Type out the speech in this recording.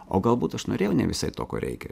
o galbūt aš norėjau ne visai to ko reikia